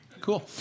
Cool